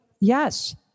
Yes